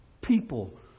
people